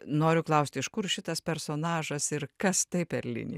noriu klausti iš kur šitas personažas ir kas tai per linija